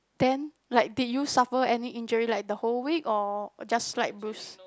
then like did you suffer any injury like the whole week or just slight bruise